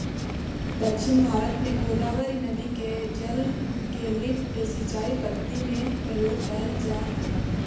दक्षिण भारत में गोदावरी नदी के जल के लिफ्ट सिंचाई पद्धति में प्रयोग करल जाऽ हई